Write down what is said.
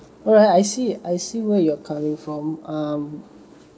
alright I see I see where you're coming from um